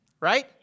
right